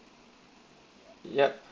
yup